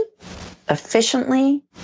efficiently